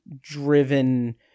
driven